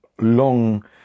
long